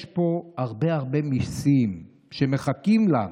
יש פה הרבה הרבה מיסים שמחכים לנו,